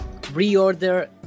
reorder